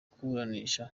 kuburanisha